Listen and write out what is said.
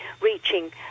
reaching